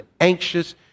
anxious